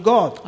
God